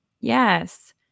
Yes